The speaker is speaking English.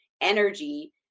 energy